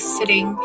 sitting